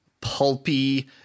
pulpy